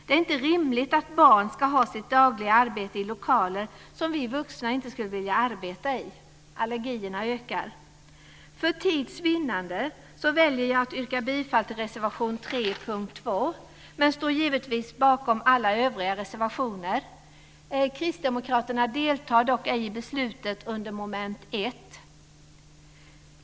Det är inte rimligt att barn ska ha sitt dagliga arbete i lokaler som vi vuxna inte skulle vilja arbeta i. Allergierna ökar. För tids vinnande väljer jag att yrka bifall till reservation 3 under punkt 2, men står givetvis bakom alla övriga reservationer. Kristdemokraterna deltar dock ej i beslutet vad gäller moment 1.